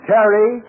Terry